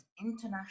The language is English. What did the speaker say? international